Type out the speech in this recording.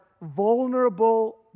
vulnerable